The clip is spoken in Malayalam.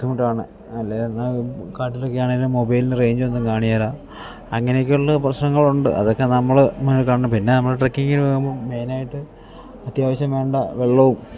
ബുദ്ധിമുട്ടാണ് അല്ലെങ്കിൽ എന്നാ കാട്ടിലൊക്കെ ആണെങ്കിലും മൊബൈലിന് റേഞ്ച് ഒന്നും കാണില്ല അങ്ങനെയൊക്കെയുള്ള പ്രശ്നങ്ങളുണ്ട് അതൊക്കെ നമ്മൾ കാണണം പിന്നെ നമ്മൾ ട്രക്കിങ്ങിന് മെയിനായിട്ട് അത്യാവശ്യം വേണ്ട വെള്ളവും